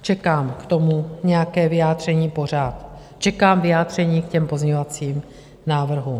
Čekám k tomu nějaké vyjádření pořád, čekám vyjádření k těm pozměňovacím návrhům.